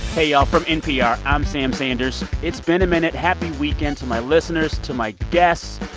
hey, y'all. from npr, i'm sam sanders. it's been a minute. happy weekend to my listeners, to my guests,